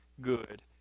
good